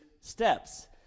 steps